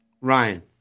ryan